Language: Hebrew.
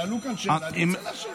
שאלו כאן שאלה, אני צריך להשיב.